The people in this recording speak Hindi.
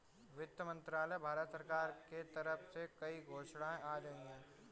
वित्त मंत्रालय, भारत सरकार के तरफ से कई घोषणाएँ आज हुई है